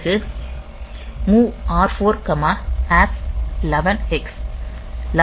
பிறகு MOV R411hex